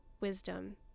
wisdom